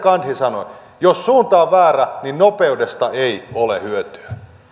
gandhi sanoi jos suunta on väärä niin nopeudesta ei ole hyötyä